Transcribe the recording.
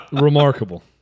remarkable